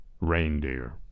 reindeer